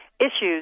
issues